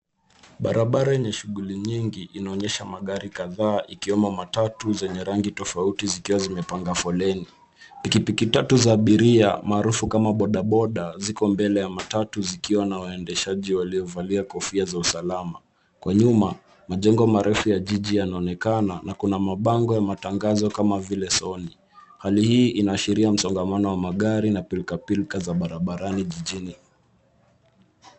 Barabara yenye shughuli nyingi inaonyesha magari kadhaa ikiwemo matatu zenye rangi tofauti zikiwa zimepanga foleni. Pikipiki tatu za abiria maarufu kama boda boda ziko mbele ya matatu zikiwa na waendeshaji waliovalia kofia za usalama. Kwa nyuma, majengo marefu ya jiji yanaonekana na kuna mabango ya matangazo kama vile soni. Hali hii inaashiria msongamano wa magari na pilkapilka za barabarani jijini.